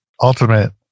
ultimate